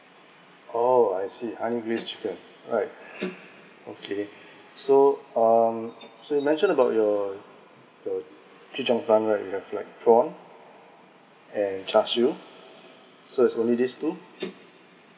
orh I see ungrilled chicken right okay so um so you mentioned about your your chee cheong fun right you have like prawn and char siu so is only these two